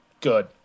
good